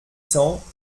cents